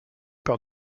par